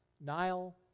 Nile